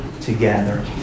together